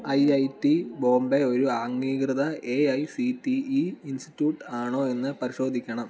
I I T Bombay ഒരു അംഗീകൃത A I C T E institute ആണോ എന്ന് പരിശോധിക്കണം